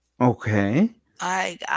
Okay